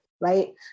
right